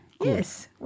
Yes